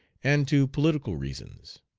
and to political reasons.